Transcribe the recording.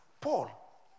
Paul